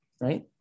right